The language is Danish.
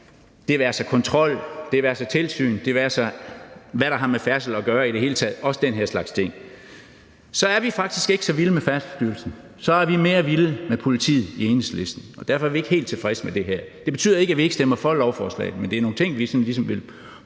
det være sig kontrol, det være sig tilsyn, det være sig, hvad der har med færdsel at gøre i det hele taget, også den her slags ting, faktisk ikke så vilde med Færdselsstyrelsen, så er vi mere vilde med politiet i Enhedslisten, og derfor er vi ikke helt tilfredse med det her. Det betyder ikke, at vi ikke stemmer for lovforslaget, men det er nogle ting, vi ligesom vil